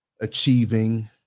achieving